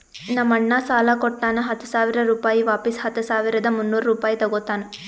ನಮ್ ಅಣ್ಣಾ ಸಾಲಾ ಕೊಟ್ಟಾನ ಹತ್ತ ಸಾವಿರ ರುಪಾಯಿ ವಾಪಿಸ್ ಹತ್ತ ಸಾವಿರದ ಮುನ್ನೂರ್ ರುಪಾಯಿ ತಗೋತ್ತಾನ್